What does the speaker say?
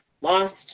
lost